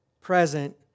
Present